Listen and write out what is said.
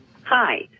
Hi